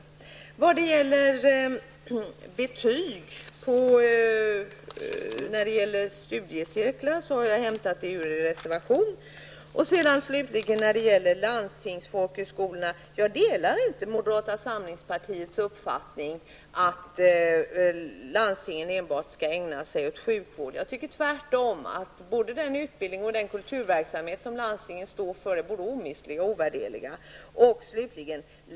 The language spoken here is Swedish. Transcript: Det jag sagt om er uppfattning beträffande betyg i studiecirklar har jag hämtat ur er reservation. Slutligen vill jag säga att jag inte delar moderata samlingspartiets uppfattning att landstingen enbart skall ägna sig åt sjukvård. Jag tycker tvärtom att både den kultur och utbildningsverksamhet som landstingen står för är omistlig och ovärderlig.